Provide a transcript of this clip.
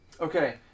Okay